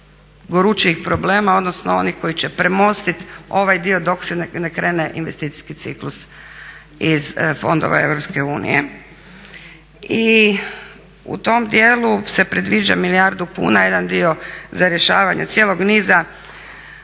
najgorućijih problema, odnosno oni koji će premostiti ovaj dio dok se ne krene investicijski ciklus iz fondova EU. I u tom dijelu se predviđa milijardu kuna, jedan dio za rješavanje cijelog niza